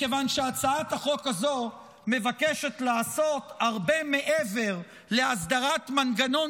מכיוון שהצעת החוק הזאת מבקשת לעשות הרבה מעבר להסדרת מנגנון